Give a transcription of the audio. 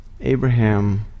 Abraham